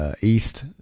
East